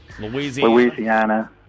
Louisiana